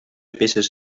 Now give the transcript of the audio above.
peces